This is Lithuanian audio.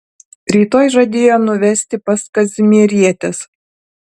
rytoj žadėjo nuvesti pas kazimierietes